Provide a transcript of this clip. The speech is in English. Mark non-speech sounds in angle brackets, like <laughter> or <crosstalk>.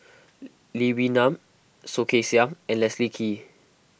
<noise> Lee Wee Nam Soh Kay Siang and Leslie Kee